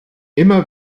immer